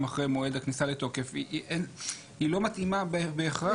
אחרי מועד הכניסה לתוקף היא לא מתאימה בהכרח.